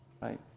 Right